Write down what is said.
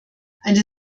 eine